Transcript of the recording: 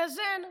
לאזן,